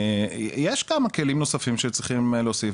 יש כמה כלים נוספים שצריכים להוסיף,